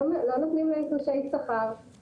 לא נותנים להם תלושי שכר,